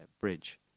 bridge